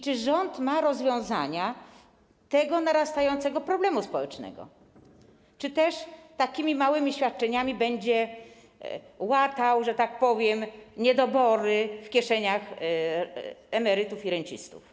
Czy rząd ma rozwiązanie tego narastającego problemu społecznego, czy też takimi małymi świadczeniami będzie łatał, że tak powiem, niedobory w kieszeniach emerytów i rencistów?